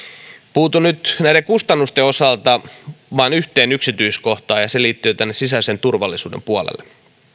puutun nyt näiden kustannusten osalta vain yhteen yksityiskohtaan ja se liittyy tänne sisäisen turvallisuuden puolelle